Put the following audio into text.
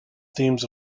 themes